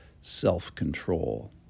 self-control